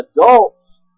adults